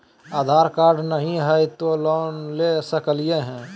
आधार card नही हय, तो लोन ले सकलिये है?